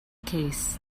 case